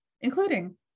including